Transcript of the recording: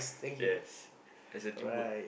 yes as a teamwork